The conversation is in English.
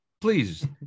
please